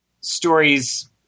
stories